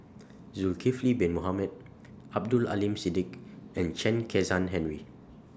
Nulkifli Bin Mohamed Abdul Aleem Siddique and Chen Kezhan Henri